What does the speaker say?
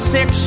Six